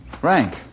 Frank